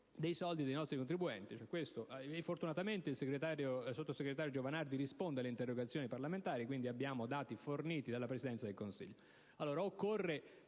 dei nostri contribuenti. Fortunatamente, il sottosegretario Giovanardi risponde alle interrogazioni parlamentari e, quindi, abbiamo dati forniti dalla Presidenza del Consiglio.